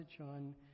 on